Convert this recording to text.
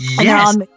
Yes